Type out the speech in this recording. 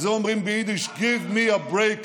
על זה אומרים ביידיש: give me a brake.